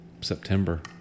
September